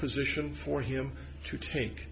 position for him to take